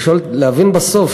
להבין בסוף,